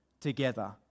together